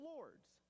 Lord's